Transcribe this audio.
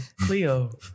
Cleo